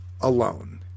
alone